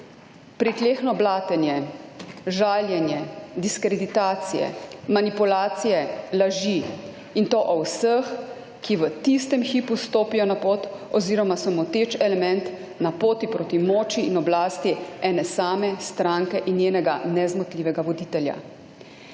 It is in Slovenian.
Pritlehno blatenje, žaljenje, diskreditacije, manipulacije, laži in to o vseh, ki v tistem hipu stopijo na pot oziroma so moteč element na poti proti moči in oblasti ene same stranke in njenega nezmotljivega voditelja.